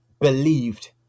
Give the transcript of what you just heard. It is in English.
believed